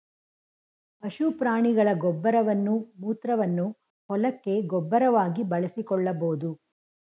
ಪಶು ಪ್ರಾಣಿಗಳ ಗೊಬ್ಬರವನ್ನು ಮೂತ್ರವನ್ನು ಹೊಲಕ್ಕೆ ಗೊಬ್ಬರವಾಗಿ ಬಳಸಿಕೊಳ್ಳಬೋದು